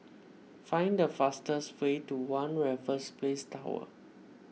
find a fastest way to one Raffles Place Tower